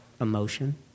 emotion